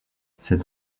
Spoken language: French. cette